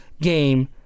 game